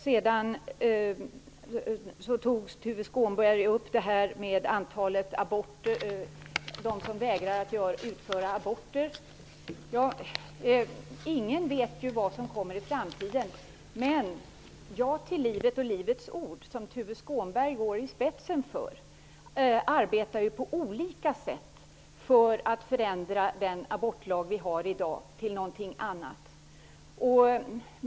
När det gäller dem som vägrar att utföra aborter vill jag säga att ingen vet ju vad som kommer att hända i framtiden. Ja till livet och Livets ord, som Tuve Skånberg går i spetsen för, arbetar ju på olika sätt för att förändra den abortlag vi har i dag.